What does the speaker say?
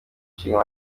ishinga